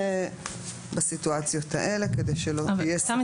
זה בסיטואציות האלה כדי שלא יהיה ספק.